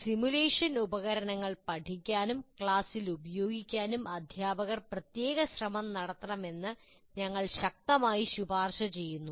simulation ഉപകരണങ്ങൾ പഠിക്കാനും ക്ലാസിൽ ഉപയോഗിക്കാനും അധ്യാപകർ പ്രത്യേക ശ്രമം നടത്തണമെന്ന് ഞങ്ങൾ ശക്തമായി ശുപാർശ ചെയ്യുന്നു